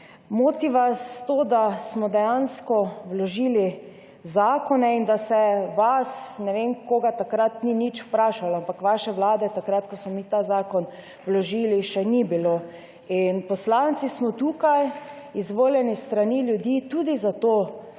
Moti vas to, da smo dejansko vložili zakone in da se vas, ne vem koga, takrat ni nič vprašalo, ampak vaše vlade, takrat ko smo mi ta zakon vložili, še ni bilo. Poslanci smo tukaj izvoljeni s strani ljudi tudi zato,